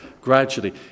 gradually